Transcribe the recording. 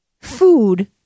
food